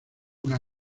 una